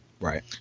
Right